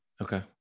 Okay